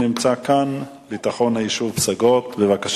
בטבת התש"ע (6 בינואר